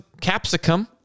capsicum